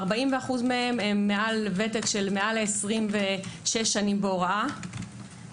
הם מעל ותק של מעל 26 שנה בהוראה,